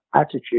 attitude